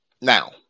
Now